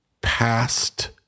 past